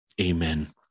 Amen